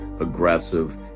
aggressive